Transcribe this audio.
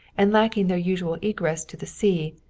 and lacking their usual egress to the sea,